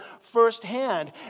firsthand